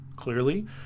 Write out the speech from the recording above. Clearly